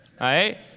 right